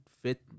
fit